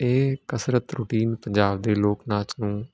ਇਹ ਕਸਰਤ ਰੂਟੀਨ ਪੰਜਾਬ ਦੇ ਲੋਕ ਨਾਚ ਨੂੰ